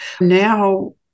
Now